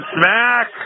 Smack